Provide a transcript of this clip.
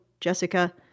Jessica